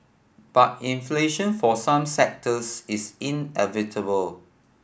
but inflation for some sectors is inevitable